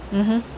mmhmm